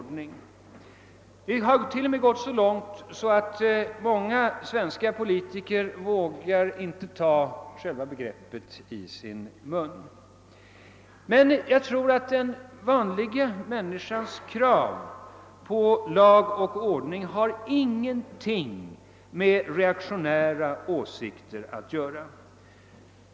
Det har gått så långt att många svenska politiker inte vågar ta själva begreppet i sin mun. Jag tror emellertid att den vanliga människans krav på lag och ordning inte har något med reaktionära åsikter att göra.